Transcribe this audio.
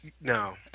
No